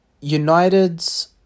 United's